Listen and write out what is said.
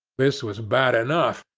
this was bad enough,